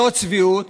זאת צביעות,